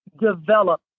develop